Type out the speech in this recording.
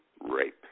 rape